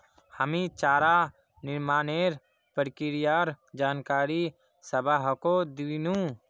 हामी चारा निर्माणेर प्रक्रियार जानकारी सबाहको दिनु